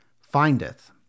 findeth